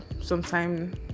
sometime